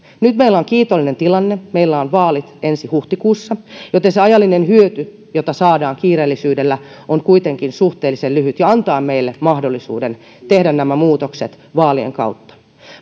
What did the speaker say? nyt meillä on kiitollinen tilanne meillä on vaalit ensi huhtikuussa joten se ajallinen hyöty jota saadaan kiireellisyydellä on kuitenkin suhteellisen lyhyt ja antaa meille mahdollisuuden tehdä nämä muutokset vaalien kautta